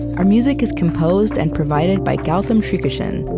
our music is composed and provided by gautam srikishan.